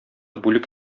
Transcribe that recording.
бүлек